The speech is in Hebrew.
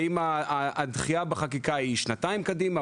האם הדחייה בחקיקה היא שנתיים קדימה?